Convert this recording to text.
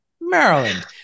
Maryland